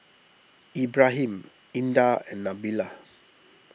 Ibrahim Indah and Nabila